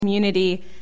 community